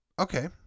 Okay